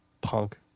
Punk